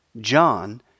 John